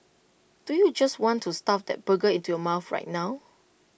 don't you just want to stuff that burger into your mouth right now